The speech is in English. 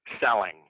selling